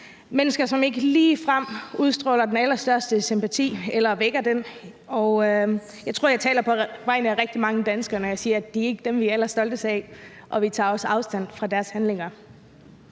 mennesker, som ikke ligefrem vækker den allerstørste sympati, og jeg tror, jeg taler på vegne af rigtig mange danskere, når jeg siger, at det ikke er dem, vi er allerstoltest af, og vi tager også afstand fra deres handlinger.